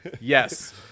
Yes